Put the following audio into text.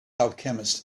alchemist